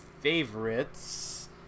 favorites